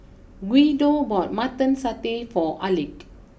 Guido bought Mutton Satay for Alek